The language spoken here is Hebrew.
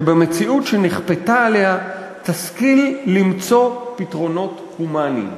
שבמציאות שנכפתה עליה תשכיל למצוא פתרונות הומניים".